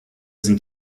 sind